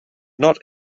not